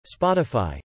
Spotify